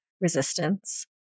resistance